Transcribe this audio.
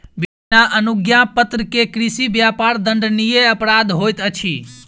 बिना अनुज्ञापत्र के कृषि व्यापार दंडनीय अपराध होइत अछि